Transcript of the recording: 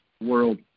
World